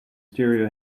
stereo